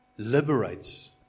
liberates